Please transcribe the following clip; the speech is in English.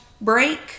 break